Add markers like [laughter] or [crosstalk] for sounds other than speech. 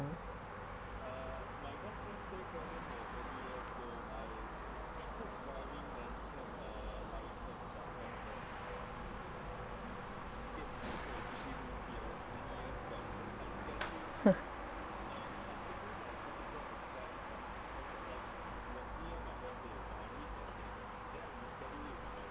[laughs]